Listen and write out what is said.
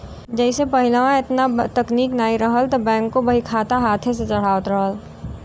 जइसे पहिलवा एतना तकनीक नाहीं रहल त बैंकों बहीखाता हाथे से चढ़ावत रहल